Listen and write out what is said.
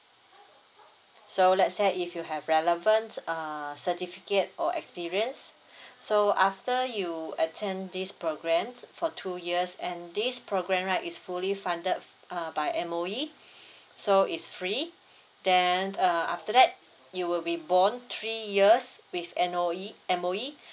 so let's say if you have relevant uh certificate or experience so after you attend these program for two years and this program right is fully funded uh by M_O_E so is free then uh after that you will be bond three years with M_O_E M_O_E